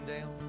down